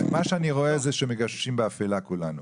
מה שאני רואה זה שמגששים באפלה כולנו,